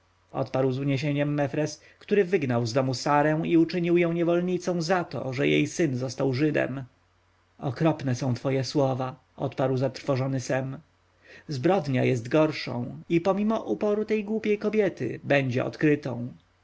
dokończył z uniesieniem mefres który wygnał z domu sarę i uczynił ją niewolnicą za to że jej syn został żydem okropne są twoje słowa odparł zatrwożony sem zbrodnia jest gorszą i pomimo uporu tej głupiej kobiety będzie odkrytą